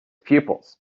pupils